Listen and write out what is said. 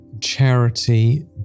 charity